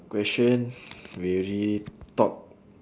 question we really talk